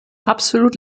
absolut